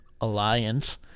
alliance